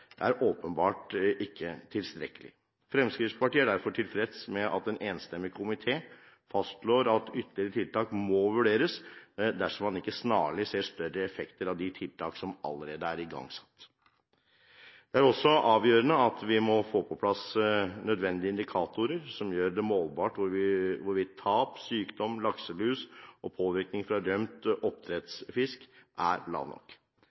er åpenbart ikke tilstrekkelig. Fremskrittspartiet er derfor tilfreds med at en enstemmig komité fastslår at ytterligere tiltak må vurderes dersom man ikke snarlig ser større effekter av de tiltak som allerede er igangsatt. Det er også avgjørende at vi må få på plass nødvendige indikatorer som gjør det målbart hvorvidt tallene for tap, sykdom, lakselus og påvirkning fra rømt oppdrettsfisk er lave nok.